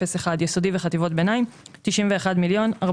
4.5 זה מתוך ה-30 ובאופן כללי באותה תוכנית מעבירים כמעט 70 מיליון.